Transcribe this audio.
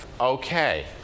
okay